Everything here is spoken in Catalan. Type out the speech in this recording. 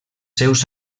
seus